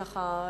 ככה,